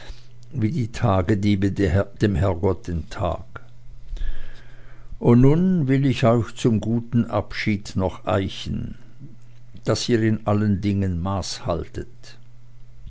wie die tagediebe dem herrgott den tag und nun will ich euch zum guten abschied noch eichen daß ihr in allen dingen maßhaltet